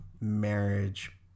marriage